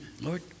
Lord